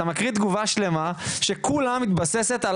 אתה מקריא תגובה שלמה שכולה מתבססת על